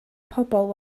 bobl